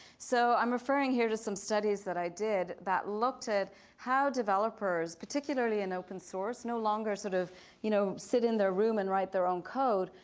so i'm referring here to some studies that i did that looked at how developers particularly in open source, no longer sort of you know sit in their room and write their own code,